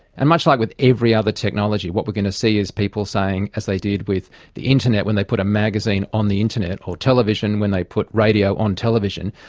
and much like with every other technology, what we are going to see is people saying, as they did with the internet when they put a magazine on the internet, or television when they put radio on television,